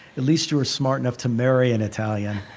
at least you were smart enough to marry an italian.